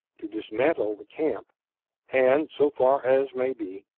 to dismantle the camp and, so far as may be,